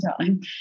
time